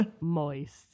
Moist